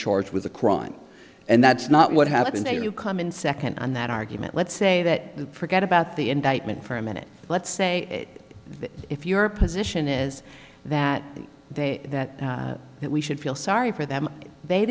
charged with a crime and that's not what happened there you come in second on that argument let's say that forget about the indictment for a minute let's say that if your position is that they that that we should feel sorry for them they